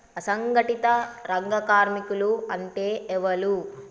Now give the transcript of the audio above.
అసంఘటిత రంగ కార్మికులు అంటే ఎవలూ?